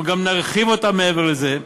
אנחנו גם נרחיב אותה מעבר לזה.